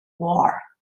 war